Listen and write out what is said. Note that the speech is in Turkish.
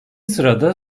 sırada